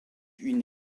une